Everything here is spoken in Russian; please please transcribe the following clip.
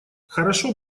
хорошо